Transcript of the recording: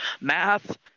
Math